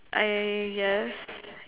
I guess